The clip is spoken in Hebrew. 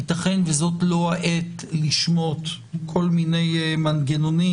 ייתכן וזו לא העת לשמוט כל מיני מנגנונים,